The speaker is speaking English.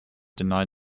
denied